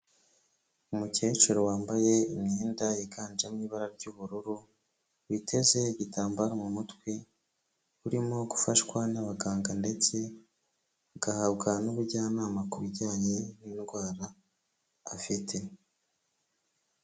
Umukecuru wambaye imyenda yiganjemo ibara ry'ubururu, witeze igitambaro mu mutwe, urimo gufashwa n'abaganga ndetse agahabwa n'ubujyanama ku bijyanye n'indwara afite.